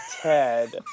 Ted